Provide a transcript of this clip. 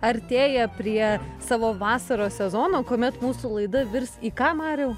artėja prie savo vasaros sezono kuomet mūsų laida virs į ką mariau